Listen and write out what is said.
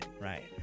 right